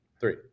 Three